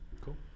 Cool